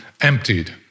emptied